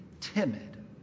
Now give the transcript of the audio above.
timid